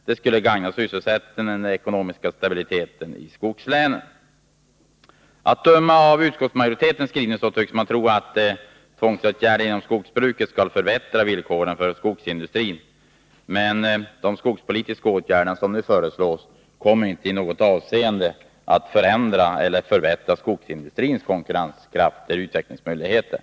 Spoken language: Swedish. Det skulle gagna sysselsättningen och den ekonomiska stabiliteten i skogslänen. Att döma av utskottsmajoritetens skrivning tror man att tvångsåtgärder inom skogsbruket skall förbättra villkoren för skogsindustrin. Men de skogspolitiska åtgärder som nu föreslås kommer inte att i något avseende förändra eller förbättra skogsindustrins konkurrenskraft och utvecklingsmöjligheter.